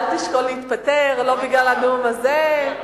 אל תשקול להתפטר, לא בגלל הנאום הזה.